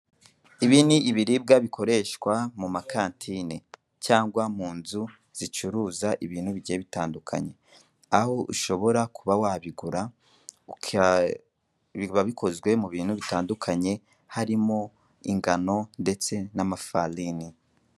Ibi ni ibiribwa bikoreshwa mu makantine cyangwa mu nzu zicuruza ibintu bigiye bitandukanye, aho ushobora kuba wabigura. Biba bikozwe mu bintu bitandukanye, harimo ingano ndetse n'amafarini.